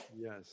Yes